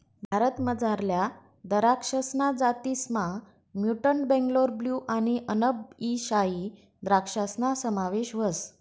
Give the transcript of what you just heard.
भारतमझारल्या दराक्षसना जातीसमा म्युटंट बेंगलोर ब्लू आणि अनब ई शाही द्रक्षासना समावेश व्हस